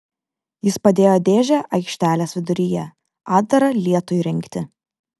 jis padėjo dėžę aikštelės viduryje atdarą lietui rinkti